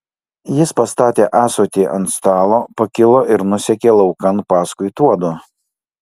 jis pastatė ąsotį ant stalo pakilo ir nusekė laukan paskui tuodu